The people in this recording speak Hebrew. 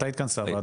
מתי התכנסה הוועדה?